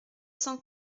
cent